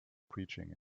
preaching